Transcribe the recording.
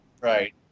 Right